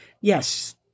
Yes